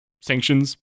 sanctions